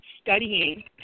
studying